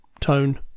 tone